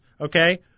okay